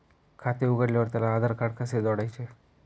खाते उघडल्यावर त्याला आधारकार्ड कसे जोडायचे?